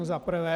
Za prvé.